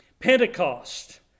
Pentecost